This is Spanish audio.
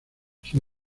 sin